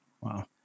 Wow